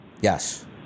Yes